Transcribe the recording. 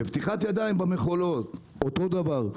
בפתיחת ידיים במכולות אותו דבר.